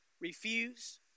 refuse